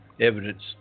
evidence